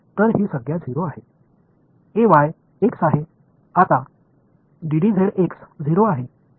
எனவே இது 0 Ay என்பது x இப்போது dxdz என்பது 0 ஆகும்